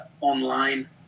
online